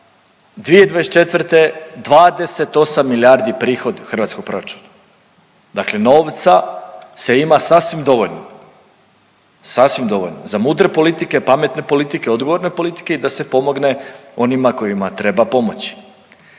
2024. 28 milijardi prihod hrvatskog proračuna, dakle novca se ima sasvim dovoljno, sasvim dovoljno za mudre politike, pametne politike, odgovorne politike i da se pomogne onima kojima treba pomoći,